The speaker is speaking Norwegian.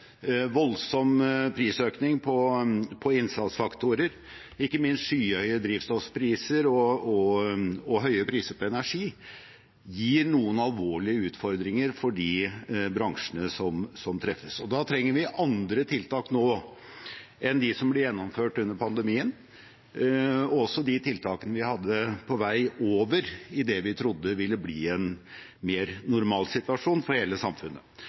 voldsom prisøkning på innsatsfaktorer og ikke minst skyhøye drivstoffpriser og høye priser på energi gir noen alvorlige utfordringer for de bransjene som treffes. Da trenger vi andre tiltak nå enn de som ble gjennomført under pandemien, og også de tiltakene vi hadde på vei over i det vi trodde ville bli en mer normal situasjon for hele samfunnet.